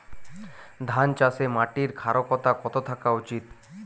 ধান চাষে মাটির ক্ষারকতা কত থাকা উচিৎ?